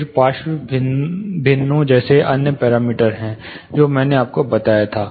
फिर पार्श्व भिन्नों जैसे अन्य पैरामीटर हैं जो मैंने आपको बताया था